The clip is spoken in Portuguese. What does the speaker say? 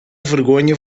vergonha